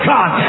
God